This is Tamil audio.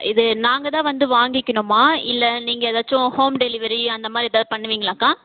இது நாங்கள் தான் வந்து வாங்கிக்கணுமா இல்லை நீங்கள் ஏதாச்சும் ஹோம் டெலிவரி அந்தமாதிரி ஏதாவது பண்ணுவீங்களாக்கா